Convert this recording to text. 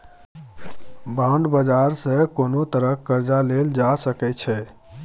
bond बाजार सँ कोनो तरहक कर्जा लेल जा सकै छै